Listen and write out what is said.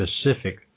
specific